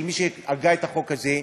של מי שהגה את החוק הזה,